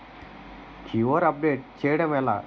QR update చేయడం ఎలా?